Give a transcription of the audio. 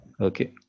Okay